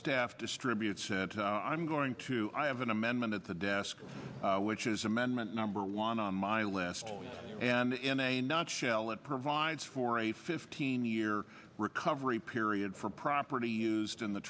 staff distributes i'm going to have an amendment at the desk which is amendment number one on my last and in a nutshell it provides for a fifteen year recovery period for property used in the